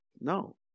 No